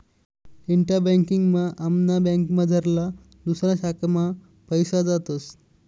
इंटा banking मा आमना बँकमझारला दुसऱा शाखा मा पैसा जातस